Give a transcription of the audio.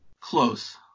Close